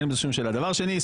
דבר שני.